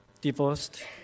divorced